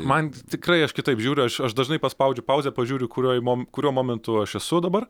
man tikrai aš kitaip žiūriu aš aš dažnai paspaudžiu pauzę pažiūriu kuriuo mom kuriuo momentu aš esu dabar